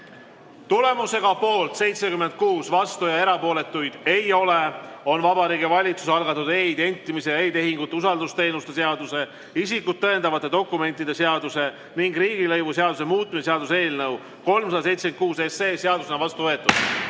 Tulemusega poolt 76, vastuolijaid ja erapooletuid ei ole, on Vabariigi Valitsuse algatatud e-identimise ja e‑tehingute usaldusteenuste seaduse, isikut tõendavate dokumentide seaduse ning riigilõivuseaduse muutmise seaduse eelnõu 376 seadusena vastu võetud.